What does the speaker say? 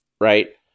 right